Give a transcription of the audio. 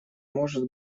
может